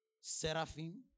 Seraphim